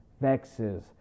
vexes